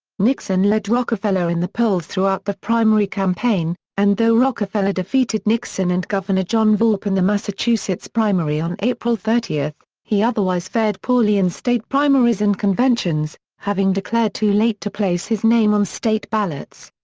nixon led rockefeller in the polls throughout the primary campaign, and though rockefeller defeated nixon and governor john volpe in the massachusetts primary on april thirty, thirty, he otherwise fared poorly in state primaries and conventions, having declared too late to place his name on state ballots.